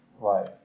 life